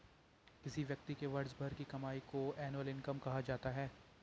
किसी व्यक्ति के वर्ष भर की कमाई को एनुअल इनकम कहा जाता है